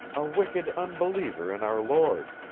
a wicked unbeliever in our lord.